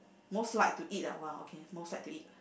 most like to eat ah !wah! okay most like to eat